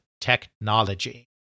Technology